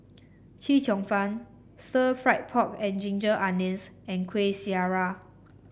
Chee Cheong Fun Stir Fried Pork and Ginger Onions and Kuih Syara